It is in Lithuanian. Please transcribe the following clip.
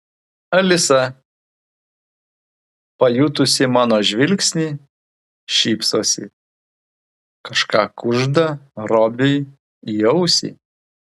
alisa pajutusi mano žvilgsnį šypsosi kažką kužda robiui į ausį